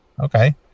okay